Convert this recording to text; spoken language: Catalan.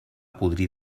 podrir